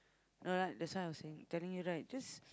no that's why I was saying telling you right just